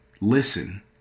listen